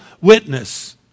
witness